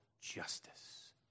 justice